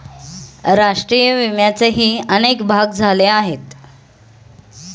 राष्ट्रीय विम्याचेही अनेक भाग झाले आहेत